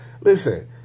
Listen